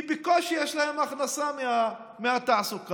כי בקושי יש להם ההכנסה מתעסוקה.